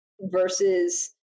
versus